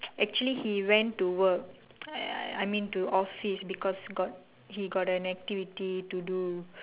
actually he went to work I I I mean to office because got he got an activity to do